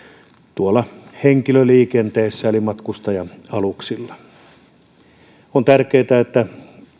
tuolla henkilöliikenteessä eli matkustaja aluksilla olisi tärkeätä että